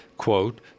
quote